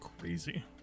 crazy